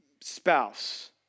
spouse